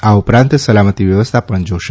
આ ઉપરાંત સલામતી વ્યવસ્થા પણ જોશે